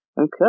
Okay